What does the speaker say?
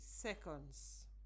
seconds